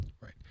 right